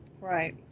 Right